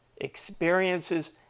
experiences